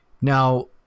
Now